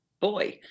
boy